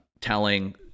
telling